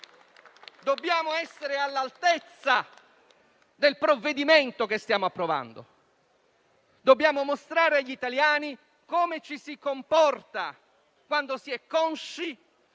Dobbiamo essere all'altezza del provvedimento che stiamo approvando. Dobbiamo mostrare agli italiani come ci si comporta, quando si è consci